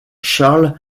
charles